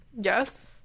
yes